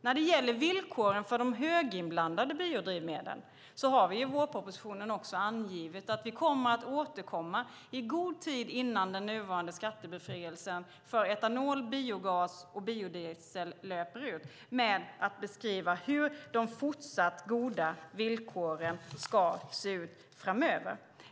När det gäller villkoren för de höginblandade biodrivmedlen har vi i vårpropositionen angivit att vi kommer att återkomma i god tid innan den nuvarande skattebefrielsen för etanol, biogas och biodiesel löper ut med att beskriva hur de goda villkoren ska se ut framöver.